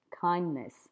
kindness